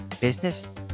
business